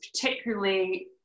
particularly